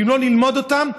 ואם לא נלמד אותם,